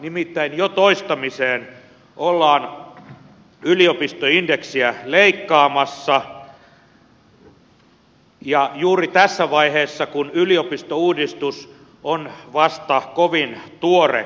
nimittäin jo toistamiseen ollaan yliopistoindeksiä leikkaamassa ja juuri tässä vaiheessa kun yliopistouudistus on vasta kovin tuore